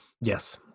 yes